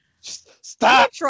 Stop